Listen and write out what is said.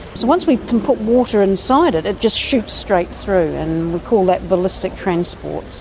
so once we can put water inside it, it just shoots straight through, and we call that ballistic transport.